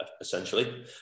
essentially